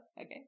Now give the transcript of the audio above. okay